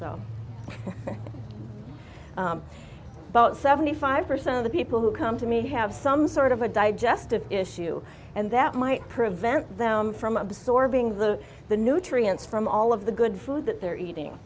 so about seventy five percent of the people who come to me have some sort of a digestive issue and that might prevent them from absorbing the the nutrients from all of the good food that they're eating